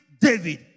David